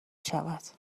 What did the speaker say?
شود